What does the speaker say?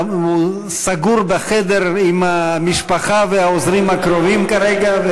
הוא סגור בחדר עם המשפחה והעוזרים הקרובים כרגע.